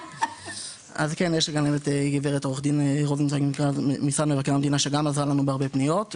גם גב' עו"ד רוזנקרנץ ממשרד מבקר המדינה עזרה לנו בהרבה פניות.